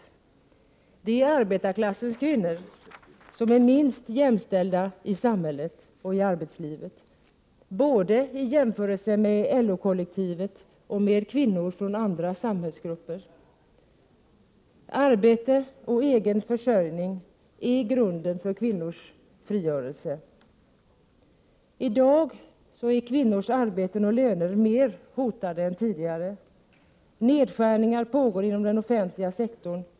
Det är arbetarklassens kvinnor som är minst jämställda i samhället och i arbetslivet, både i jämförelse med LO-kollektivet och med kvinnor från andra samhällsgrupper. Arbete och egen försörjning är grunden för kvinnors frigörelse. I dag är kvinnors arbeten och löner mer hotade än tidigare. Nedskärningar pågår inom den offentliga sektorn.